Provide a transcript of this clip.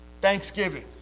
Thanksgiving